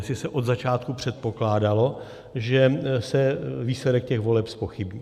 Jestli se od začátku předpokládalo, že se výsledek těch voleb zpochybní.